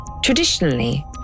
Traditionally